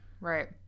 right